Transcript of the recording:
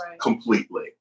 completely